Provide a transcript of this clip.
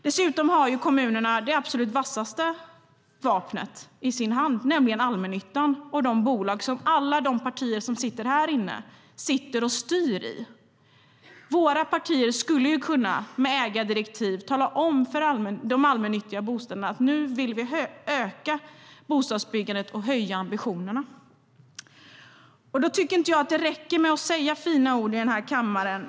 Dessutom har kommunerna det absolut vassaste vapnet i sin hand, nämligen allmännyttan och de bolag som alla de partier som sitter härinne är med och styr i. Våra partier skulle med ägardirektiv kunna tala om för de allmännyttiga bostadsföretagen att vi vill öka bostadsbyggandet och höja ambitionerna. Då räcker det inte med att säga fina ord här i kammaren.